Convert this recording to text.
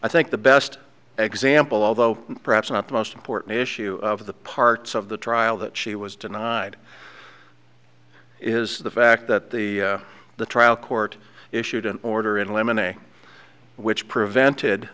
i think the best example although perhaps not the most important issue of the parts of the trial that she was denied is the fact that the the trial court issued an order in limon a which